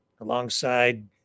alongside